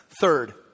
Third